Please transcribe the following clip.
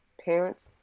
parents